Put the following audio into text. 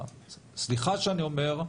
סליחה שאני אומר,